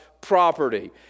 property